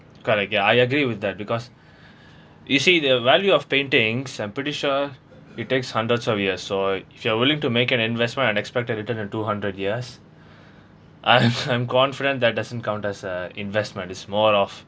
got uh I I agree with that because you see the value of paintings I'm pretty sure it takes hundreds of years so if you are willing to make an investment and expected it turn to two hundred years I'm I'm confident that doesn't count as a investment is more of